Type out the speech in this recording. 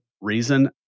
reason